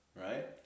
right